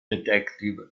detective